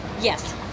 Yes